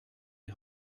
die